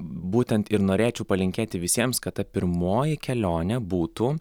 būtent ir norėčiau palinkėti visiems kad ta pirmoji kelionė būtų